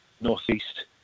Northeast